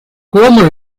cromer